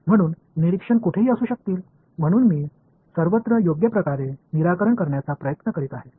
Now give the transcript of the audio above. எனவே பார்வையாளர் எங்கும் இருக்கக்கூடும் எனவே எல்லா இடங்களிலும் உள்ள தளங்களுக்கு தீர்வு காண முயற்சிப்பேன்